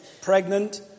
pregnant